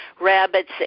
rabbits